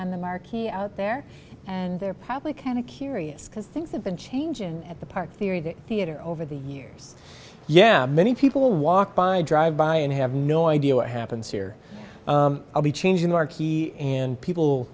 on the marquee out there and they're probably kind of curious because things have been change and at the park theory that theater over the years yeah many people walk by drive by and have no idea what happens here i'll be changing our key and people